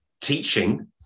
teaching